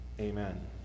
Amen